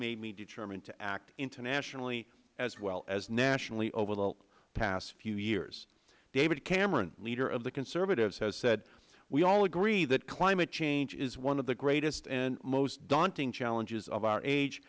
made me determined to act internationally as well as nationally over the past few years david cameron leader of the conservatives has said we all agree that climate change is one of the greatest and most daunting challenges of our age